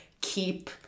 keep